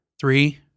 Three